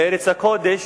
לארץ הקודש,